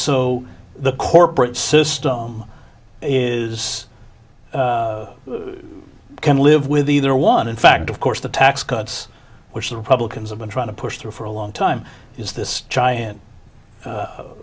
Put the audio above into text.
so the corporate system is can live with either one in fact of course the tax cuts which the republicans have been trying to push through for a long time is this giant